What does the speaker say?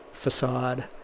facade